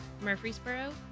Murfreesboro